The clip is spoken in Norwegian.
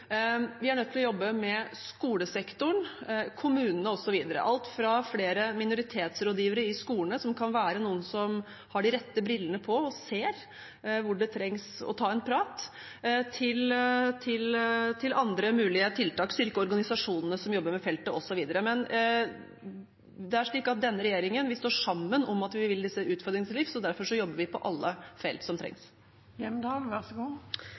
Vi er nødt til å jobbe med skolesektoren, kommunene osv. – alt fra flere minoritetsrådgivere i skolene, som kan være noen som har de rette brillene på og ser hvor det trengs å ta en prat, til andre mulige tiltak, som å styrke organisasjonene som jobber med feltet, osv. Men det er slik at vi i denne regjeringen står sammen om at vi vil disse utfordringene til livs, og derfor jobber vi på alle felter som